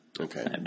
Okay